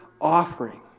offering